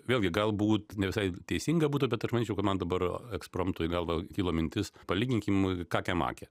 vėlgi galbūt ne visai teisinga būtų bet aš manyčiau kad man dabar ekspromtu į galvą kyla mintis palyginkim kakę makę